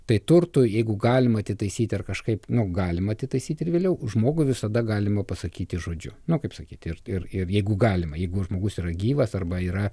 tai turtui jeigu galima atitaisyti ar kažkaip nu galima atitaisyti ir vėliau žmogų visada galima pasakyti žodžiu nu kaip sakyti ir ir ir jeigu galima jeigu žmogus yra gyvas arba yra